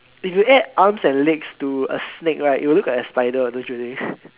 if you add arms and legs to a snake right it will look like a spider don't you think